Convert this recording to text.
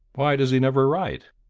why does he never write?